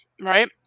right